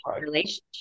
relationship